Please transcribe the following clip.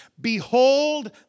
behold